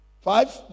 Five